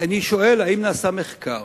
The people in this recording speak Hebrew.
אני שואל, האם נעשה מחקר,